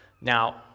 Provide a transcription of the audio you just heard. Now